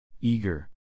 Eager